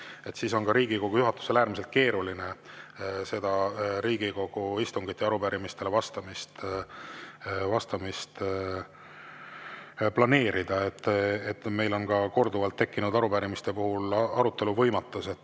siis on Riigikogu juhatusel äärmiselt keeruline Riigikogu istungit ja arupärimistele vastamist planeerida. Meil on korduvalt tekkinud ka arupärimiste puhul arutelu võimatus.